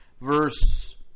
Verse